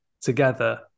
together